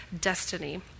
destiny